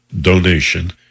donation